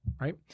right